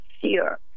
fear